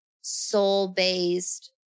soul-based